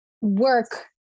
work